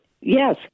Yes